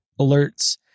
alerts